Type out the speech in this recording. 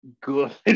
Good